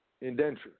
indenture